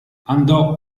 andò